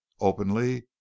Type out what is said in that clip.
openly